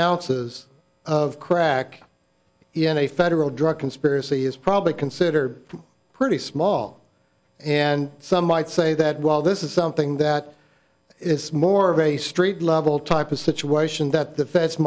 ounces of crack in a federal drug conspiracy is probably considered pretty small and some might say that well this is something that is more of a street level type of situation that